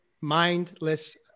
mindless